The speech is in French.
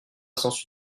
sens